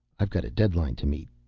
i've got a deadline to meet.